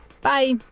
Bye